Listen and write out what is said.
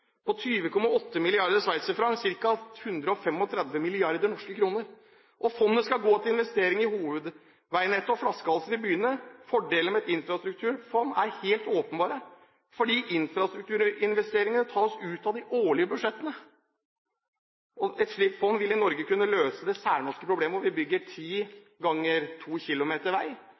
på 20,8 mrd. sveitserfranc, ca. 135 mrd. norske kr. Fondet skal gå til investeringer i hovedveinettet og flaskehalser i byene. Fordelene med et infrastrukturfond er helt åpenbare: Infrastrukturinvesteringene tas ut av de årlige budsjettene. Et slikt fond ville i Norge kunne løse det særnorske problemet hvor vi bygger ti ganger to kilometer vei.